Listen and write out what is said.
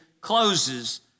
closes